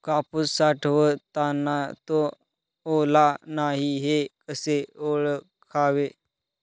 कापूस साठवताना तो ओला नाही हे कसे ओळखावे?